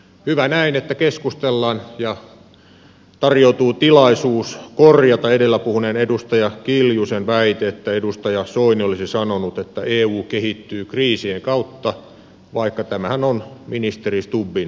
hyvä näin että keskustellaan ja tarjoutuu tilaisuus korjata edellä puhuneen edustaja kiljusen väite että edustaja soini olisi sanonut että eu kehittyy kriisien kautta vaikka tämähän on ministeri stubbin ikioma sanonta